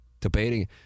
debating